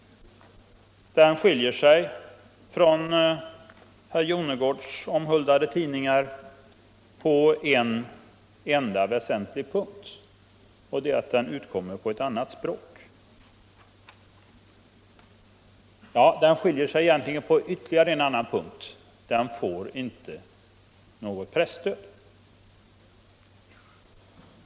Den skiljer sig från herr Jonnergårds omhuldade tidningar på en enda väsentlig punkt: den utkommer på ett annat språk. Egentligen skiljer den sig även på en annan punkt: den får inte något presstöd.